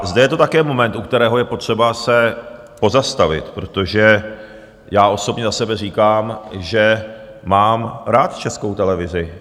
Zde je to také moment, u kterého je potřeba se pozastavit, protože já osobně za sebe říkám, že mám rád Českou televizi.